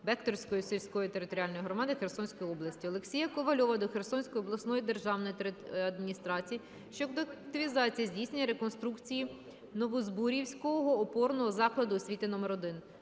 Бехтерської сільської територіальної громади Херсонської області. Олексія Ковальова до Херсонської обласної державної адміністрації щодо активізації здійснення реконструкції Новозбур'ївського опорного закладу освіти №1. Бориса